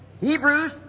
Hebrews